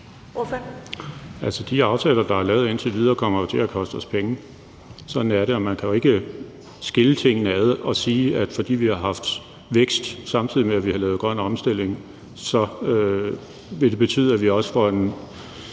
de aftaler, der er lavet indtil videre, kommer jo til at koste os penge. Sådan er det. Man kan jo ikke skille tingene ad og sige, at fordi vi har haft vækst, samtidig med at vi har lavet grøn omstilling, betyder det, at vi også får